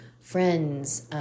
friends